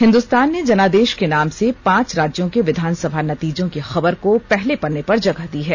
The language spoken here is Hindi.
हिन्दुस्तान ने जनादेष के नाम से पांच राज्यों के विधानसभा नतीजों की खबर को पहले पन्ने पर जगह दी है